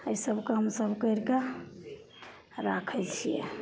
एहिसब कामसब करिके राखै छिए